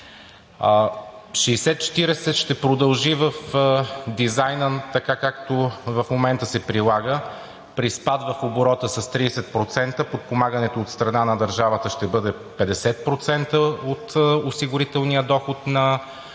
60/40 ще продължи в дизайна, така както в момента се прилага, при спад в оборота с 30%. Подпомагането от страна на държавата ще бъде 50% от осигурителния доход на